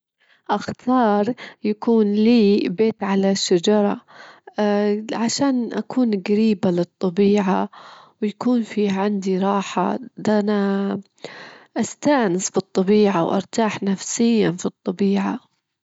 أفضل المكالمات الهاتفية لأن في المكالمات توصل الأحاسيس والنبرة- النبرة بشكل أوضح، أما الرسايل أحيانًا ما -ما تعكس المشاعر بشكل لطيف، ما تجدرين توصلين للوضوح.